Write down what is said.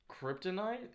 kryptonite